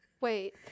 Wait